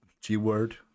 g-word